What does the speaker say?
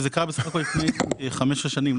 וזה קרה בסך הכול לפני חמש-שש שנים.